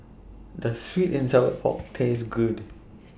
Does Sweet and Sour Pork Taste Good